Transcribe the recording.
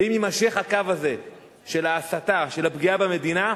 ואם יימשך הקו הזה של ההסתה, של הפגיעה במדינה,